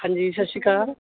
ਹਾਂਜੀ ਸਤਿ ਸ਼੍ਰੀ ਅਕਾਲ